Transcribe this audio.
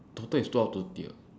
total is two hour thirty what